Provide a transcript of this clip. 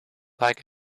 like